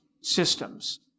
systems